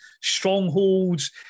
strongholds